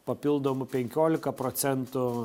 papildomų penkiolika procentų